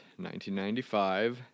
1995